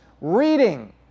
reading